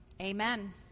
Amen